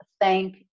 thank